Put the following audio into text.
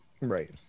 Right